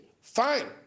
fine